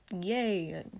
Yay